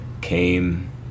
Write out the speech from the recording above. came